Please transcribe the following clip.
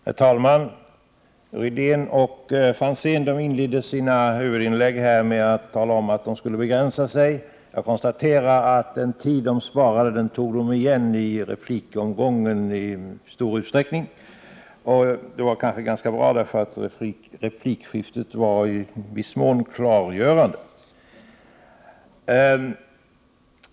Herr talman! Rune Rydén och Ivar Franzén inledde sina huvudanföranden med att tala om att de skulle begränsa sig. Jag konstaterar att den tid som de sparade tog de i stor utsträckning igen i replikomgången. Det var ganska bra, för replikskiftet var i viss mån klargörande.